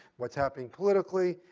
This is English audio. what's happening politically.